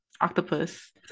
octopus